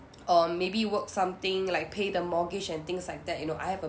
or maybe work something like pay the mortgage and things like that you know I have a